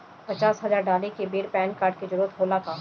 पचास हजार डाले के बेर पैन कार्ड के जरूरत होला का?